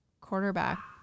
quarterback